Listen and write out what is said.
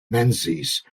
menzies